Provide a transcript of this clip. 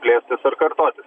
slėptis ar kartotis